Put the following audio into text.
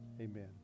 amen